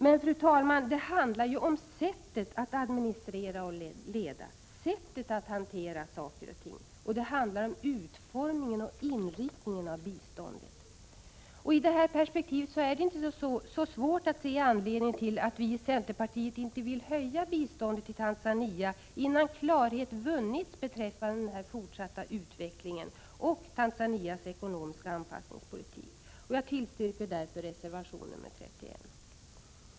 Men det handlar ju om sättet att administrera och leda, om sättet att hantera saker och ting. Det handlar också om utformningen och inriktningen av biståndet. I det perspektivet är det inte särskilt svårt att förstå varför vi i centerpartiet inte vill öka biståndet till Tanzania innan klarhet har vunnits om den fortsatta utvecklingen och om Tanzanias ekonomiska anpassningspolitik. Jag yrkar bifall till reservation nr 31.